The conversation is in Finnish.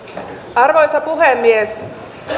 arvoisa puhemies